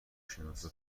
شناسا